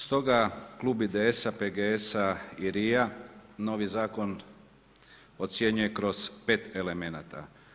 Stoga Klub IDS-a, PGS-a i LRI-a, novi zakon, ocjenjuje kroz 5 elemenata.